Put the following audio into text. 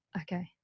okay